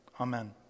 Amen